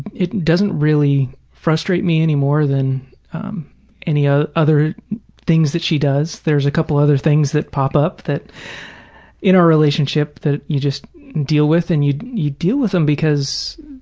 it doesn't really frustrate me any more than any ah other things that she does. there's a couple other things that pop up in our relationship that you just deal with, and you you deal with them because,